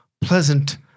pleasant